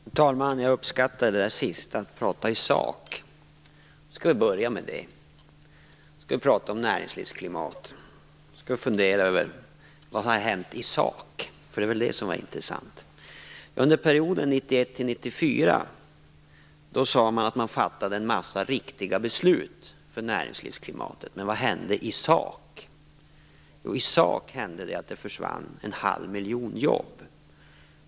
Herr talman! Jag uppskattar det sista om att prata i sak. Låt oss börja med det. Låt oss prata om näringslivsklimat och fundera över vad som har hänt i sak. Det var väl det som var intressant. Under perioden 1991-1994 sade man att man fattade en massa riktiga beslut för näringslivsklimatet. Men vad hände i sak? Jo, i sak hände det att en halv miljon jobb försvann.